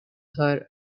her